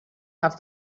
have